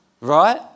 Right